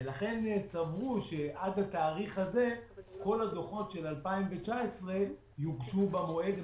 ולכן סברו שעד התאריך הזה כל הדוחות של 2019 יוגשו במועד.